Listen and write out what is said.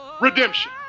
redemption